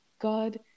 God